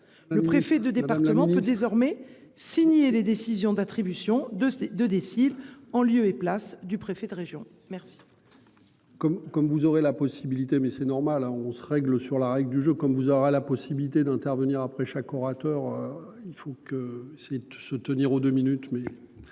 Le préfet de département peut désormais signer des décisions d'attribution de ces deux décident en lieu et place du préfet de région mais. Comme, comme vous aurez la possibilité mais c'est normal hein on se règle sur la règle du jeu comme vous aurez la possibilité d'intervenir après chaque orateur, il faut que ces se tenir au deux minutes mais.